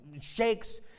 shakes